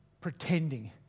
pretending